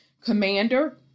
commander